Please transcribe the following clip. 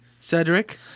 Cedric